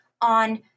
on